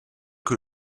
que